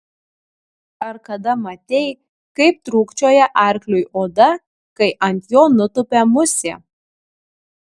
ar kada matei kaip trūkčioja arkliui oda kai ant jo nutupia musė